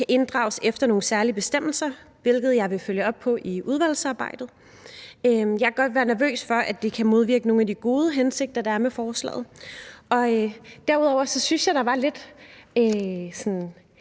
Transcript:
kan inddrages efter nogle særlige bestemmelser, hvilket jeg vil følge op på i udvalgsarbejdet. Jeg kan godt være nervøs for, at det kan modvirke nogle af de gode hensigter, der er med forslaget. Derudover synes jeg, at der var lidt sådan